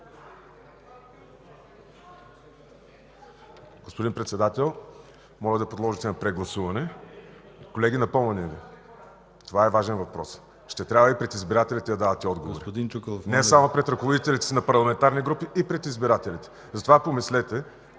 Господин Председател, моля да подложите на прегласуване. Колеги, напомняме Ви: това е важен въпрос. Ще трябва да давате отговори и пред избирателите, не само пред ръководителите си на парламентарни групи, а и пред избирателите. Затова помислете.